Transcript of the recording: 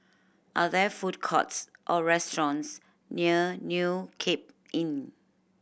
are there food courts or restaurants near New Cape Inn